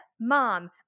Mom